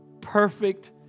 Perfect